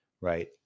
right